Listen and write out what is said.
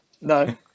No